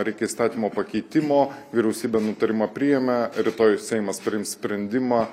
reikia įstatymo pakeitimo vyriausybė nutarimą priėmė rytoj seimas priims sprendimą